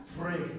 pray